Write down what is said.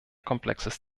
komplexes